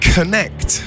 Connect